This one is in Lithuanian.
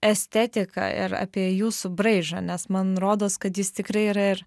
estetiką ir apie jūsų braižą nes man rodos kad jis tikrai yra ir